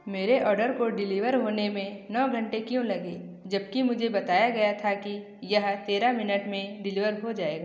मेरे ऑर्डर को डिलीवर होने में नौ घंटे क्यों लगे जबकि मुझे बताया गया था कि यह तेरह मिनट में डिलीवर हो जाएगा